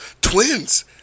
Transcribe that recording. Twins